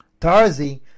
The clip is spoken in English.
Tarzi